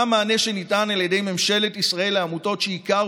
מה המענה שניתן על ידי ממשלת ישראל לעמותות שעיקר